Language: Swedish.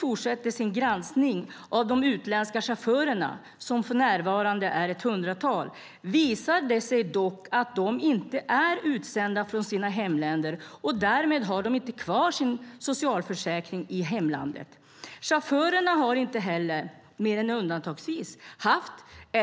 Vid Skatteverkets granskning av chaufförerna - för närvarande ett hundratal - har det dock framkommit att de inte är utsända från sina hemländer och därmed inte heller har kvar sin socialförsäkring i hemlandet. Chaufförerna har inte heller - mer än undantagsvis - haft F-skattsedel.